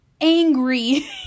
angry